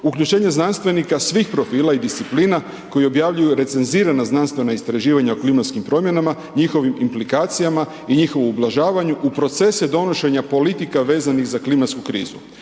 uključenje znanstvenika svih profila i disciplina koji objavljuju recenzirana znanstvena istraživanja o klimatskim promjenama, njihovim implikacijama i njihovu ublažavanju u procese donošenje politika vezanih za klimatsku krizu.